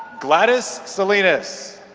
gladis salinas